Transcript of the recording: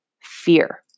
fear